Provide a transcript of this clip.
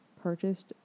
purchased